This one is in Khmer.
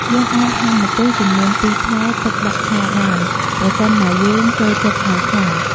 យើងអាចហាន់ម្ទេសចំនួន២ផ្លែទុកដាក់ឆាបាន ប្រសិនបើយើងចូលចិត្តហឹរខ្លាំង។